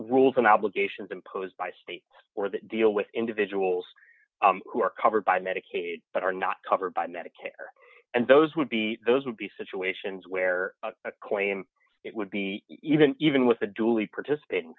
rules and obligations imposed by state or that deal with individuals who are covered by medicaid but are not covered by medicare and those would be those would be situations where a claim it would be even even with a duly participating